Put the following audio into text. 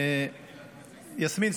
יסמין,